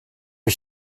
are